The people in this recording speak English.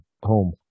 home